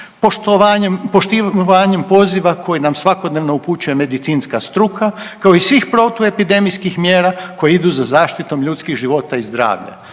poštivanjem poziva koji nam svakodnevno upućuje medicinska struka kao i svih protuepidemijskih mjera koje idu za zaštitom ljudskih života i zdravlja.